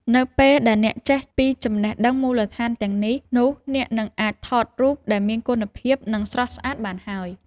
នៅពេលដែលអ្នកចេះពីចំណេះដឹងមូលដ្ឋានទាំងនេះ នោះអ្នកនឹងអាចថត់រូបដែលមានគុណភាព និងស្រស់ស្អាតបានហើយ។